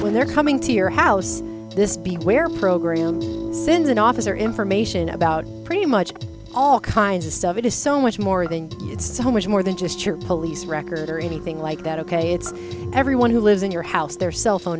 when they're coming to your house this be where program sends an officer information about pretty much all kinds of stuff it is so much more than it's so much more than just your police record or anything like that ok it's everyone who lives in your house their cell phone